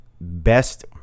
best